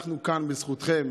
אנחנו כאן בזכותכם.